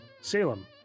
Salem